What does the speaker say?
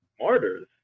martyrs